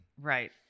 right